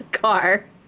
car